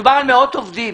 מדובר על מאות עובדים,